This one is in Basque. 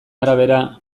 arabera